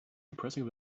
depressing